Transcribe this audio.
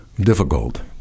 Difficult